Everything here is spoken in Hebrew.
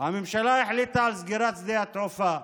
הממשלה החליטה על סגירת שדה התעופה,